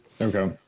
Okay